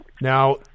Now